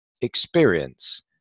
experience